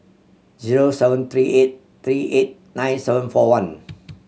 zero seven three eight three eight nine seven four one